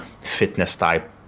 fitness-type